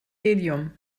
helium